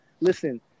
listen